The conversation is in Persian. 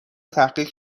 تحقیق